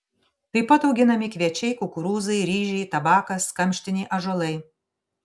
tai pat auginami kviečiai kukurūzai ryžiai tabakas kamštiniai ąžuolai